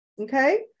Okay